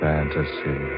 Fantasy